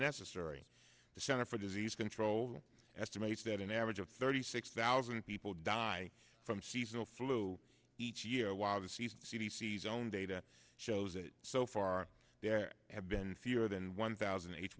necessary the center for disease control estimates that an average of thirty six thousand people die from seasonal flu each year while the season c d c s own data shows that so far there have been fewer than one thousand